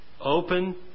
open